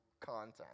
content